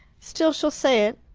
still she'll say it.